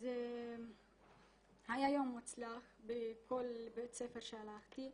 אז היה יום מוצלח בכל בית ספר שהלכתי.